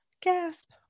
gasp